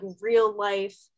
real-life